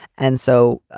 and so,